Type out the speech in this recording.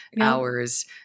hours